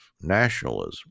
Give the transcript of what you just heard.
nationalism